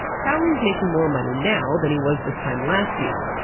crowley's making more money now than he was this time last year,